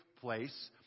place